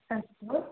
अस्तु